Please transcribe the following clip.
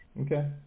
Okay